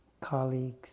colleagues